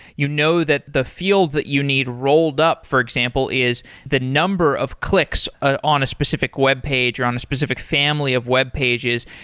you know that the field that you need rolled up for example is the number of clicks ah on a specific webpage, or on a specific family of webpages,